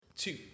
Two